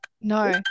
No